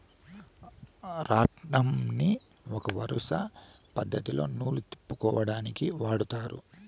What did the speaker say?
రాట్నంని ఒక వరుస పద్ధతిలో నూలు తిప్పుకొనేకి వాడతారు